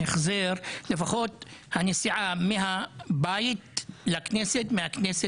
לוד ופני קדם הן באותו מרחק מירושלים פחות או יותר בקילומטרים,